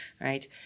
right